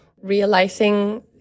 realizing